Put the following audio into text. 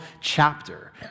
chapter